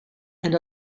and